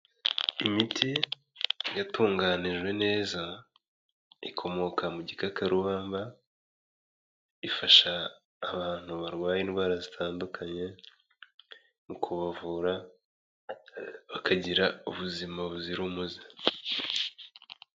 Imiti yatunganijwe neza ikomoka mu gikakarubamba, ifasha abantu barwaye indwara zitandukanye mu kubavura bakagira ubuzima buzira umuze.